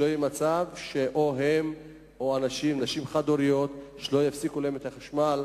שלא יהיה מצב שאו להם או לנשים חד-הוריות יפסיקו את החשמל,